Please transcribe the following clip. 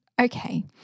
Okay